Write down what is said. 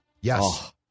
Yes